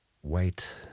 White